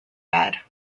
bed